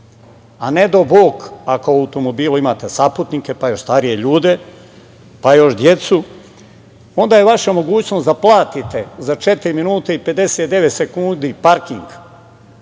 Ne dao bog ako u automobilu imate saputnike, pa još starije ljude, pa još decu, onda je vaša mogućnost da platite za četiri minuta i 59 sekundi parking